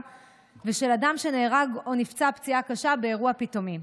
ושל אדם שנהרג או נפצע פציעה קשה באירוע פתאומי.